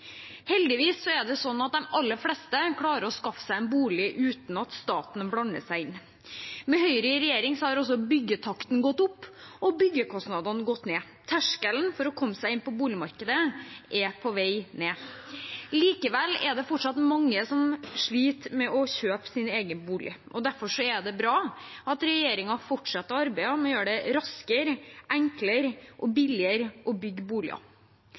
Heldigvis er det sånn at de aller fleste klarer å skaffe seg en bolig uten at staten blander seg inn. Med Høyre i regjering har også byggetakten gått opp og byggekostnadene gått ned. Terskelen for å komme seg inn på boligmarkedet er på vei ned. Likevel er det fortsatt mange som sliter med å kjøpe sin egen bolig. Derfor er det bra at regjeringen fortsetter arbeidet med å gjøre det raskere, enklere og billigere å bygge boliger.